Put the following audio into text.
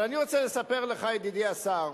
אבל אני רוצה לספר לך, ידידי השר,